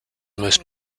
most